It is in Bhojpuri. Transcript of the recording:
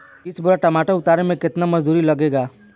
बीस बोरी टमाटर उतारे मे केतना मजदुरी लगेगा?